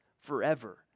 forever